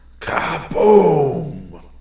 Kaboom